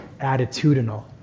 attitudinal